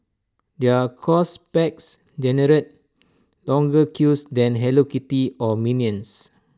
their course packs generate longer queues than hello kitty or minions